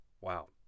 Wow